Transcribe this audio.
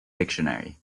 dictionary